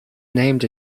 named